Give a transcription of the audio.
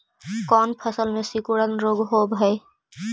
कोन फ़सल में सिकुड़न रोग होब है?